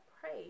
pray